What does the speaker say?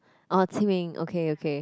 orh 清明:Qing-Ming okay okay